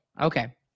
Okay